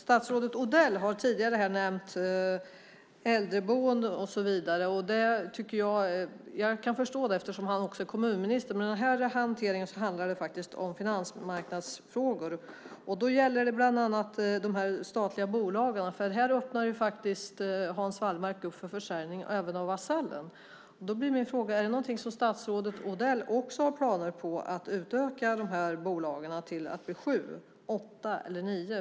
Statsrådet Odell har tidigare här nämnt äldreboende och så vidare. Jag kan förstå det, eftersom han också är kommunminister. I den här hanteringen handlar det om finansmarknadsfrågor. Det gäller bland annat de statliga bolagen. Här öppnar Hans Wallmark upp för försäljning av även Vasallen. Min andra fråga blir då: Är det någonting som statsrådet Odell också har planer på, det vill säga att utöka bolagen till sju, åtta eller nio?